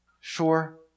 Sure